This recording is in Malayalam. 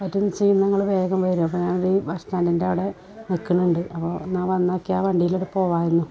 പറ്റും എന്നുവെച്ചാൽ നിങ്ങൾ വേഗം വരുമോ ഞാൻ ഇവിടെ ഈ ബസ് സ്റ്റാൻഡിൻ്റെ അവടെ നിൽക്കുന്നുണ്ട് അപ്പോൾ ഒന്ന് വന്നുനോക്കിയാൽ ആ വണ്ടിയിൽ അങ്ങോട്ട് പോവാമായിരുന്നു